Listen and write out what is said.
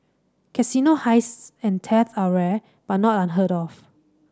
casino heists and theft are rare but not unheard of